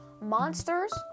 monsters